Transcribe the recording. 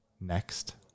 next